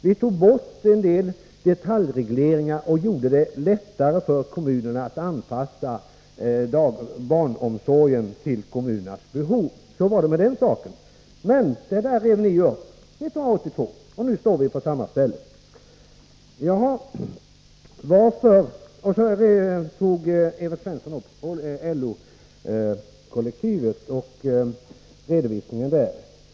Vi tog bort en del detaljregleringar och gjorde det lättare för kommunerna att anpassa barnomsorgen till de behov som förelåg i kommunerna. Så var det med den saken. Men det där rev ni ju upp 1982, och nu står vi på samma ställe. Evert Svensson tog upp redovisningen beträffande LO-kollektivet.